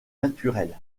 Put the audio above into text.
naturel